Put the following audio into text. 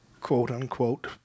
quote-unquote